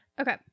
Okay